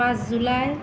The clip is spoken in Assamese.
পাঁচ জুলাই